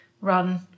run